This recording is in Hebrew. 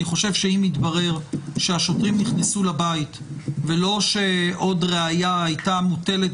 אני חושב שאם יתברר שהשוטרים נכנסו לבית ולא שעוד ראיה הייתה מוטלת